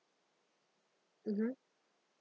mmhmm